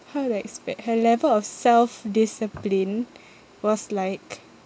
how do I say her level of self discipline was like